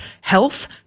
health